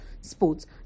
sports